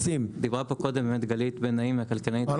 דיברה פה קודם גלית בן נאים, מהכלכלן הראשי.